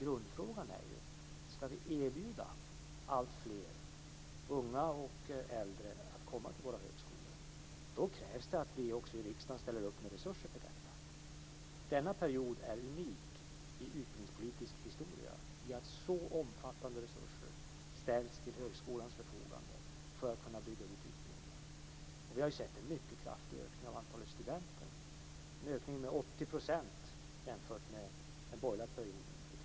Grundfrågan gäller ju att ska vi erbjuda alltfler, unga och äldre, att komma till våra högskolor krävs det att vi i riksdagen också ställer upp med resurser för detta. Denna period är unik i utbildningspolitisk historia i det att så omfattande resurser ställts till högskolans förfogande för att kunna bygga ut utbildningen. Vi har ju sett en mycket kraftig ökning av antalet studenter, en ökning med 80 % jämfört med den borgerliga perioden för tio år sedan.